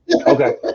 Okay